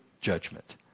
judgment